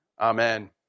Amen